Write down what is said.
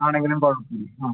ആണെങ്കിലും കുഴപ്പം ഇല്ല ആ